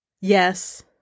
Yes